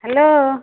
hello